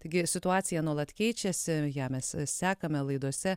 taigi ir situacija nuolat keičiasi ją mes sekame laidose